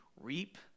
reap